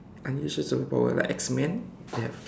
unusual superpower like X man they have